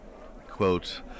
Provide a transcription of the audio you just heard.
Quote